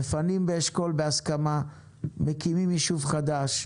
מפנים באשכול בהסכמה ומקימים יישוב חדש,